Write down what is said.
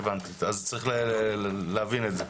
אז צריך להבין את זה.